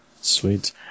Sweet